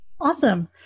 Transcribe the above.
awesome